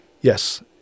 yes